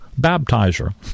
Baptizer